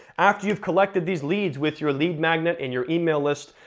after you've collected these leads with your lead magnet, and your email list,